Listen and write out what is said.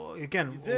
again